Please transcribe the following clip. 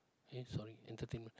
eh sorry entertainment